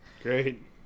great